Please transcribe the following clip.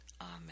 Amen